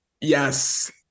Yes